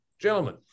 gentlemen